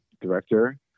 director